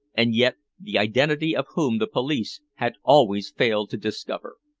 and yet the identity of whom the police had always failed to discover.